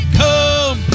come